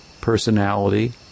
personality